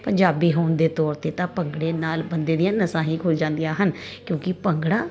ਪੰਜਾਬੀ ਹੋਣ ਦੇ ਤੌਰ 'ਤੇ ਤਾਂ ਭੰਗੜੇ ਨਾਲ ਬੰਦੇ ਦੀਆਂ ਨਸਾ ਹੀ ਖੁਲ ਜਾਂਦੀਆਂ ਹਨ ਕਿਉਂਕਿ ਭੰਗੜਾ